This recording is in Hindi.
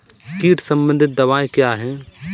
कीट संबंधित दवाएँ क्या हैं?